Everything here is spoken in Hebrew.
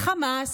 חמאס.